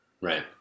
Right